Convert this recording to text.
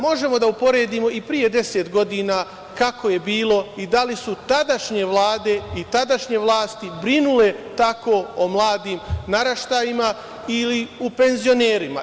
Možemo da uporedimo i pre deset godina kako je bilo i da li su tadašnje vlade i tadašnje vlasti brinule tako o mladim naraštajima ili o penzionerima.